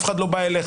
אף אחד לא בא אליך,